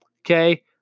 okay